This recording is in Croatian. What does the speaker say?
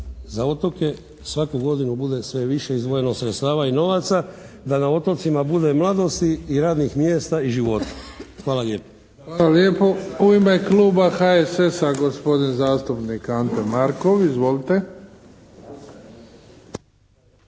za otoke svaku godinu bude sve više izdvojeno sredstava i novaca, da na otocima bude mladosti i radnih mjesta i života. Hvala lijepa. **Bebić, Luka (HDZ)** Hvala lijepo. U ime kluba HSS-a, gospodin zastupnik Ante Markov. Izvolite.